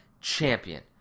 champion